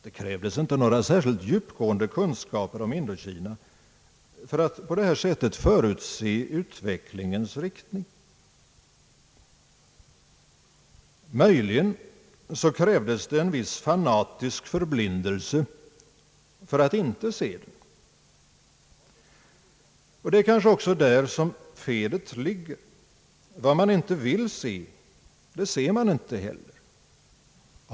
Det krävs inte några särskilt djupgående kunskaper om Indokina för att på detta sätt förutse utvecklingen. Möjligen krävdes det en viss fanatisk förblindelse för att inte se den. Det är kanske också där som felet ligger. Vad man inte vill se, det ser man inte heller.